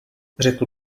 řekl